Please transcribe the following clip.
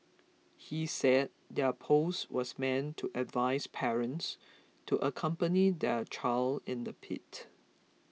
he said their post was meant to advise parents to accompany their child in the pit